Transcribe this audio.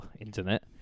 Internet